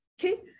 Okay